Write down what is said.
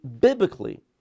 biblically